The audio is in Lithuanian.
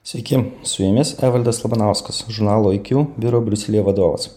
sveiki su jumis evaldas labanauskas žurnalo iq biuro briuselyje vadovas